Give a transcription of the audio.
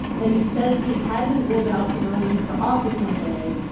and he says he hasn't ruled out for running for office one day.